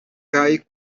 kaj